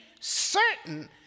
certain